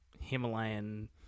Himalayan